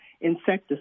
insecticides